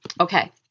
Okay